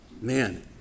man